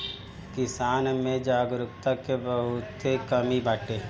किसान में जागरूकता के बहुते कमी बाटे